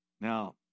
Now